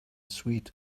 sweet